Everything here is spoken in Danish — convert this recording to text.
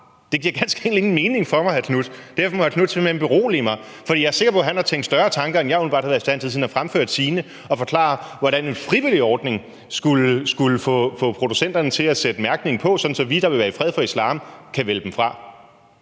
Det giver ganske enkelt ingen mening for mig, hr. Marcus Knuth, og derfor må hr. Marcus Knuth simpelt hen berolige mig – for jeg er sikker på, at han har tænkt større tanker, end jeg åbenbart har været i stand til, siden han har fremført sine – og forklare, hvordan en frivillig ordning skulle få producenterne til at sætte mærkning på, sådan at vi, der vil være i fred for islam, kan vælge det fra.